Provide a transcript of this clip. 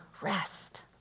rest